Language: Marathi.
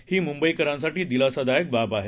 ही मुंबईकरांसाठी दिलासादायक बाब आहे